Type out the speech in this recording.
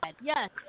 Yes